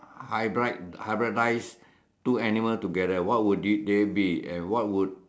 hybrid hybridized two animals together what would it they be and what would